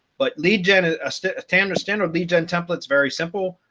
but lead gen ah ah so tamra standard lead gen templates, very simple,